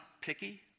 picky